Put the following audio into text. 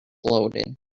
loaded